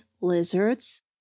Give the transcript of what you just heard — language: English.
lizards